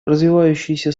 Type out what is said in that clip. развивающиеся